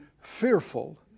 fearful